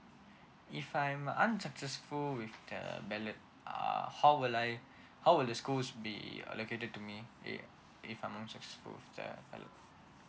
if I'm unsuccessful with the ballot uh how will I how would the schools be allocated to me if I'm unsuccessful ballot